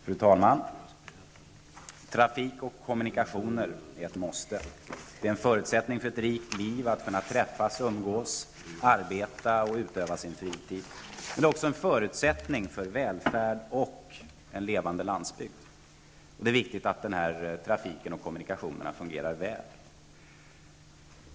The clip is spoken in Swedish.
Fru talman! Trafik och kommunikationer är ett måste. Det är en förutsättning för ett rikt liv -- att människor skall kunna träffas och umgås, arbeta och utöva fritidsaktiviteter. Det är också en förutsättning för välfärd och en levande landsbygd. Och det är viktigt att trafiken och kommunikationerna fungerar väl.